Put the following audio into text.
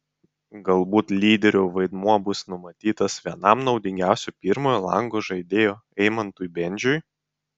galbūt lyderio vaidmuo bus numatytas vienam naudingiausių pirmojo lango žaidėjų eimantui bendžiui